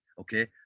Okay